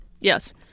Yes